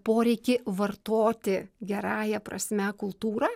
poreikį vartoti gerąja prasme kultūrą